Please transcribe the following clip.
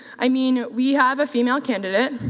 i mean, we have a female candidate,